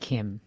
Kim